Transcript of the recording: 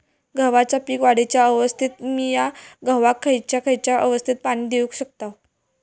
गव्हाच्या पीक वाढीच्या अवस्थेत मिया गव्हाक खैयचा खैयचा अवस्थेत पाणी देउक शकताव?